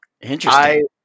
interesting